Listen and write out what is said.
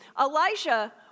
Elijah